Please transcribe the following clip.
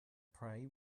prey